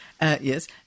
Yes